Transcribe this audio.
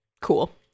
cool